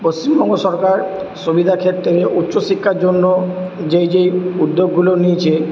পশ্চিমবঙ্গ সরকার সুবিধা ক্ষেত্রে উচ্চ শিক্ষার জন্য যেই যেই উদ্যোগগুলো নিয়েছে